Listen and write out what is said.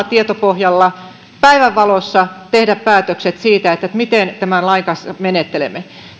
tietopohjalla päivänvalossa tehdä päätökset siitä miten tämän lain kanssa menettelemme